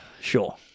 Sure